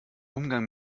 umgang